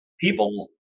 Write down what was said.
people